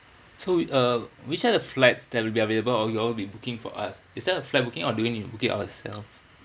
so whi~ uh which are the flights that will be available or you all will be booking for us is there a flight booking or do we need to book it ourself